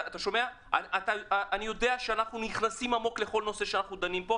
אני יודע שאנחנו נכנסים לעומק בכל נושא בו אנו דנים.